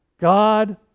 God